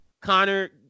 Connor